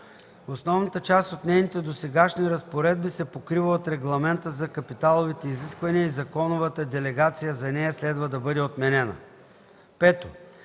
основната част от нейните досегашни разпоредби се покрива от Регламента за капиталовите изисквания и законовата делегация за нея следва да бъде отменена.